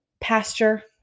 Pasture